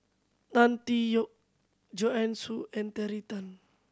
Tan Tee Yoke Joanne Soo and Terry Tan